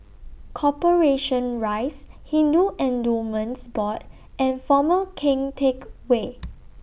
Corporation Rise Hindu Endowments Board and Former Keng Teck Whay